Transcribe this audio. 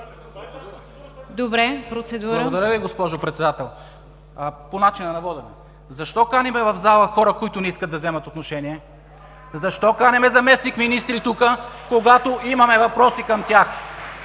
за България): Благодаря Ви, госпожо Председател. По начина на водене: защо каним в залата хора, които не искат да вземат отношение? Защо каним заместник-министри тук, когато имаме въпроси към тях?